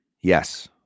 Yes